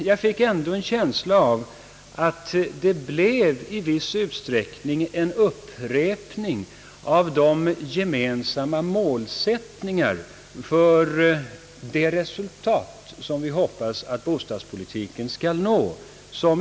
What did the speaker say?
Jag fick emellertid ändå en känsla av att det i viss utsträckning blev en upprepning av de gemensamma målsättningarna för de resultat, som vi hoppas att bostadspolitiken skall nå.